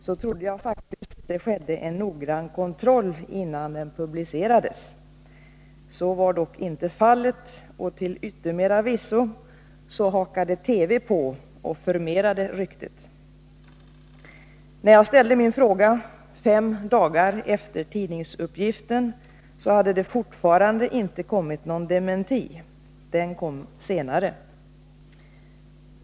Herr talman! Jag tackar justitieministern för svaret på min fråga och är glad att vi inte behöver diskutera den personliga integriteten vid användningen av dataregister mot bakgrund av ett konkret fall. Min fråga var föranledd av en tidningsartikel som senare visade sig vara felaktig. Det hör inte till ovanligheten att osanna uppgifter sprids i massmedia, men i det här fallet — med en så grav anklagelse — trodde jag faktiskt att det skedde en noggrann kontroll innan uppgiften publicerades. Så var dock inte fallet, och till yttermera visso hakade TV på och förmerade ryktet. När jag ställde min fråga fem dagar efter tidningsuppgiftén hade det fortfarande inte kommit någon dementi. Den kom senare.